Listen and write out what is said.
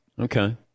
Okay